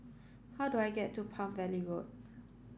how do I get to Palm Valley Road